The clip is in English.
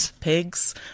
pigs